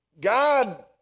God